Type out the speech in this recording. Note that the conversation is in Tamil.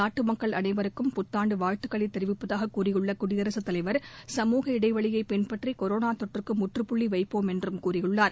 நாட்டு மக்கள் அனைவருக்கும் புத்தாண்டு வாழ்த்துக்களை தெரிவிப்பதாக கூறியுள்ள குடியரசுத் தலைவர் சமூக இடைவெளியை பின்பற்றி கொரோனா தொற்றுக்கு முற்றுப்புள்ளி வைப்போம் என்றும் கூறியுள்ளார்